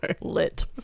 Lit